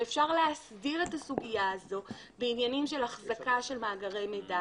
ואפשר להסדיר את הסוגיה הזו בעניינים של אחזקה של מאגרי מידע,